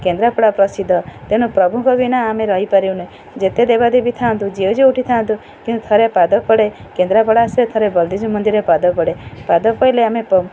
କେନ୍ଦ୍ରାପଡ଼ା ପ୍ରସିଦ୍ଧ ତେଣୁ ପ୍ରଭୁଙ୍କ ବିନା ଆମେ ରହିପାରିବୁନି ଯେତେ ଦେବାଦେବୀ ଥାଆନ୍ତୁ ଯିଏ ଯୋଉଠି ଥାଆନ୍ତୁ କିନ୍ତୁ ଥରେ ପାଦ ପଡ଼େ କେନ୍ଦ୍ରାପଡ଼ା ଆସିଲେ ଥରେ ବଳଦେବ ଜୀଉ ମନ୍ଦିରରେ ପାଦ ପଡ଼େ ପାଦ ପଡ଼ିଲେ ଆମେ